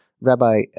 Rabbi